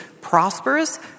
prosperous